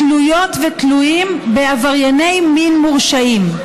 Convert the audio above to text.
תלויות ותלויים בעברייני מין מורשעים.